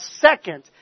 second